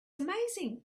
amazing